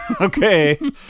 Okay